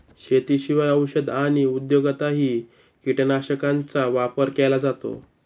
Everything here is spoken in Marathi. शेतीशिवाय औषध आणि उद्योगातही कीटकनाशकांचा वापर केला जातो